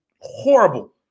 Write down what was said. horrible